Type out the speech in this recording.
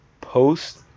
post